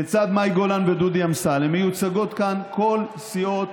לצד מאי גולן ודודי אמסלם מיוצגות כאן כל סיעות